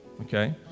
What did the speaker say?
okay